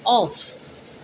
off